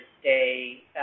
stay